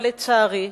אבל לצערי,